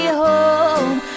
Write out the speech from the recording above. home